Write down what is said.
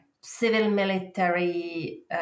civil-military